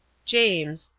james,